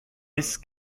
this